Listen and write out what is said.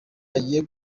agiye